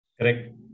Correct